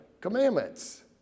commandments